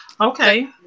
Okay